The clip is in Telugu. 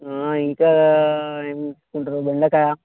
ఇంకా ఏమి తీసుకుంటారు బెండకాయ